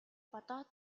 бодоод